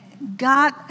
God